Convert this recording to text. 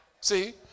See